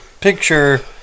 picture